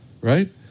right